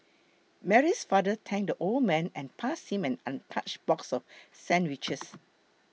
Mary's father thanked the old man and passed him an untouched box of sandwiches